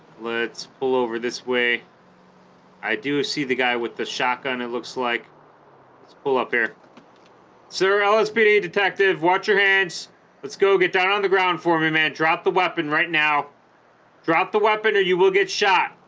let's pull over this way i do see the guy with the shotgun it looks like let's pull up here sir ls pd a detective watch your hands let's go get down on the ground for me man drop the weapon right now drop the weapon or you will get shot